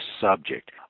subject